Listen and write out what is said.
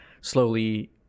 slowly